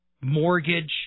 mortgage